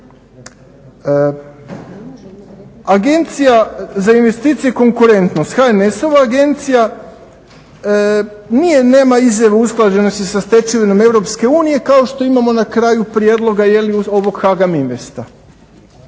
Agencija za investicije i konkurentnost HNS-ova agencija nema izjave usklađenosti sa stečevinom EU kao što imamo na kraju prijedloga jeli uz ovog HAGAM Investa.